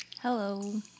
Hello